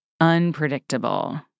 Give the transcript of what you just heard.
unpredictable